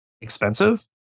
expensive